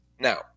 Now